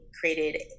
created –